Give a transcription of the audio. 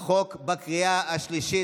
על החוק בקריאה שלישית.